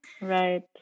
right